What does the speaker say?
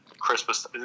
Christmas